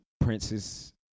princess